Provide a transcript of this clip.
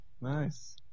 Nice